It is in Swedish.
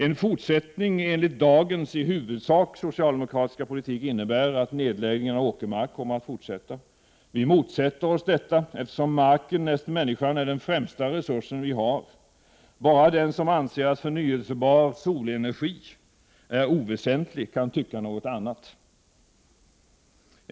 En fortsättning enligt dagens i huvudsak socialdemokratiska politik innebär att nedläggningen av åkermark kommer att fortsätta. Vi motsätter oss detta, eftersom marken näst människan är den främsta resursen. Bara den som anser att förnyelsebar solenergi är oväsentlig kan tycka något annat.